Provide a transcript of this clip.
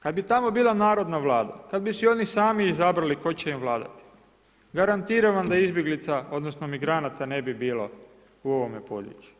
Kad bi tamo bila narodna Vlada, kad bi si oni sami izabrali tko će im vladati, garantiram vam da izbjeglica odnosno migranata ne bi bilo u ovome području.